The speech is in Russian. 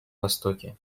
востоке